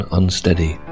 unsteady